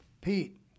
Pete